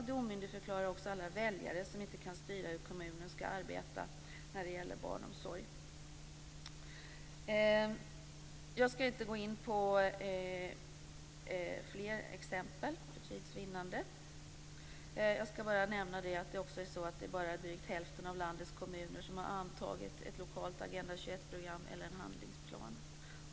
Det omyndigförklarar också alla väljare som inte kan styra hur kommunen skall arbeta när det gäller barnomsorg. Jag skall för tids vinnande inte gå in på fler exempel. Jag skall bara nämna att bara drygt hälften av landets kommuner har antagit ett lokalt Agenda 21 program eller en handlingsplan.